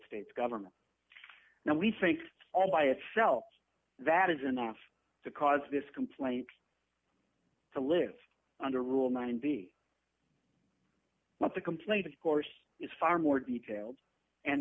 states government now we think all by itself that is enough to cause this complaint to live under rule nine be not the complete of course is far more detailed and